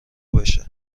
بشه